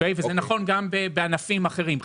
וזה נכון גם בענפים אחרים.